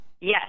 Yes